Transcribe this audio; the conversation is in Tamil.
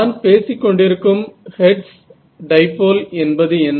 நான் பேசிக் கொண்டிருக்கும் ஹெர்ட்ஸ் டைபோல் என்பது என்ன